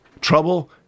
Trouble